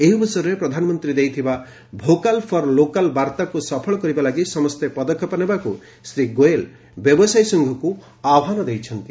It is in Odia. ଏହି ଅବସରରେ ପ୍ରଧାନମନ୍ତ୍ରୀ ଦେଇଥିବା 'ଭୋକାଲ୍ ଫର୍ ଲୋକାଲ୍ ବାର୍ତ୍ତାକୁ ସଫଳ କରିବା ଲାଗି ସମସ୍ତ ପଦକ୍ଷେପ ନେବାକୁ ଶ୍ରୀ ଗୋୟଲ୍ ବ୍ୟବସାୟୀ ସଂଘକୁ ଆହ୍ୱାନ ଦେଇଛନ୍ତି